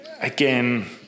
again